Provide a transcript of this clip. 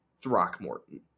Throckmorton